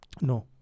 no